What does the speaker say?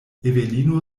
evelino